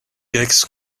gex